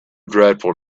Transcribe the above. dreadful